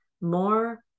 more